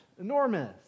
Enormous